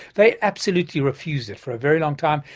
they absolutely refused it for a very long time,